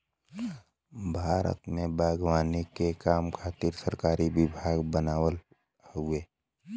भारत में बागवानी के काम खातिर सरकारी विभाग बनल हउवे